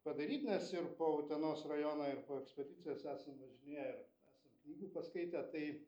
padaryt nes ir po utenos rajoną ir po ekspedicijas esam važinėję ir esam knygų paskaitę tai